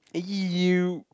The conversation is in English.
[eww]